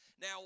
Now